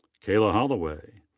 kayla holloway.